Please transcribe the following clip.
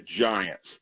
Giants